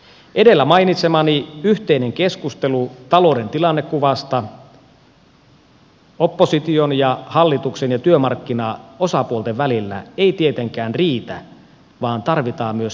edellä mainitsemani yhteinen keskustelu talouden tilannekuvasta opposition ja hallituksen ja työmarkkinaosapuolten välillä ei tietenkään riitä vaan tarvitaan myös toimenpiteitä